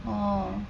oh